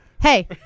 Hey